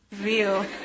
real